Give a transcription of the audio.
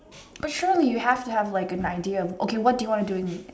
but surely you have to have like an idea okay what do you want to do in